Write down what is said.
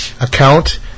account